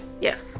yes